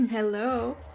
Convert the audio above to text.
hello